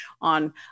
on